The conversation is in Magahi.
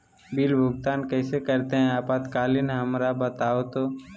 बिल भुगतान कैसे करते हैं आपातकालीन हमरा बताओ तो?